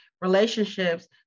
relationships